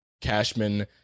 Cashman